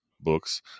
books